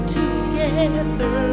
together